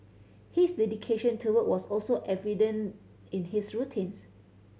his dedication to work was also evident in his routines